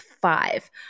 five